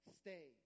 stay